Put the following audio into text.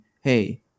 hey